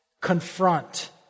Confront